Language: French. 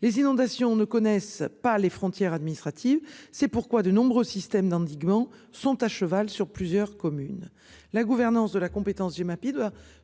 Les inondations ne connaissent pas les frontières administratives. C'est pourquoi de nombreux systèmes d'endiguement sont à cheval sur plusieurs communes, la gouvernance de la compétence Gemapi doivent